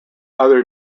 other